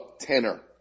tenor